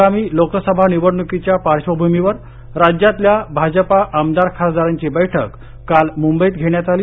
आगामी लोकसभा निवडणुकीच्या पार्श्वभुमीवर राज्यातल्या भाजपा आमदार खासदारांची बैठक काल मुंबईत घेण्यात आली